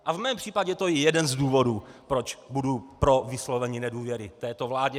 A v mém případě to je jeden z důvodů, proč budu pro vyslovení nedůvěry této vládě.